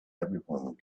everyone